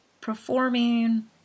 Performing